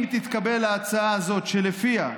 אם תתקבל ההצעה הזאת, שלפיה,